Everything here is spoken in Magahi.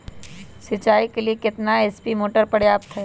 सिंचाई के लिए कितना एच.पी मोटर पर्याप्त है?